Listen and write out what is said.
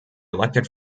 elected